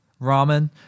ramen